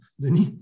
Denis